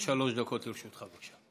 עד שלוש דקות לרשותך, בבקשה.